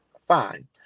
Fine